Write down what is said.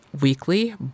weekly